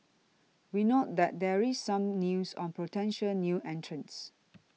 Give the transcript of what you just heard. we note that there is some news on potential new entrants